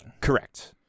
Correct